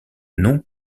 non